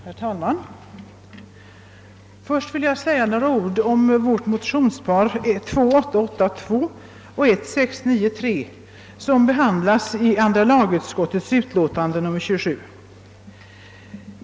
Herr talman! Först vill jag säga någrå ord om vårt motionspar I:693 och 11:882 som behandlas i andra lagutskottets utlåtande nr 27.